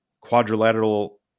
quadrilateral